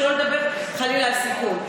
שלא לדבר חלילה על סיכון.